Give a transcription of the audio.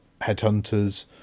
headhunters